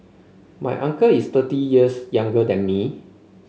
my uncle is thirty years younger than me